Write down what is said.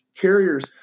carriers